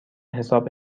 حساب